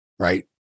Right